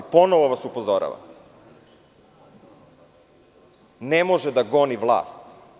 Ponovo vas upozoravam - ne može da goni vlast.